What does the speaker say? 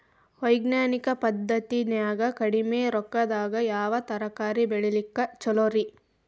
ವೈಜ್ಞಾನಿಕ ಪದ್ಧತಿನ್ಯಾಗ ಕಡಿಮಿ ರೊಕ್ಕದಾಗಾ ಯಾವ ತರಕಾರಿ ಬೆಳಿಲಿಕ್ಕ ಛಲೋರಿ?